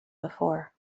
before